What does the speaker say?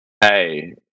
Hey